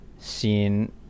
seen